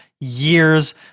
years